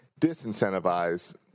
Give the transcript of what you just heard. disincentivize